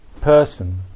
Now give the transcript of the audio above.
person